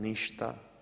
Ništa.